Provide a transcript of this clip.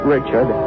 Richard